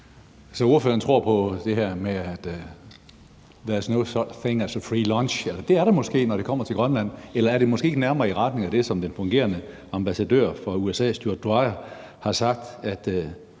Så ordføreren tror på det her med, at there ain't no such thing as a free lunch? Det er der måske, når det kommer til Grønland – eller er det måske ikke nærmere i retning af det, som den fungerende ambassadør for USA, Stuart Dwyer, har sagt,